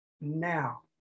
now